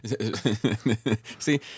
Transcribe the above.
See